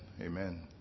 amen